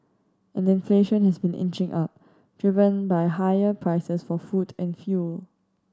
and inflation has been inching up driven by higher prices for food and fuel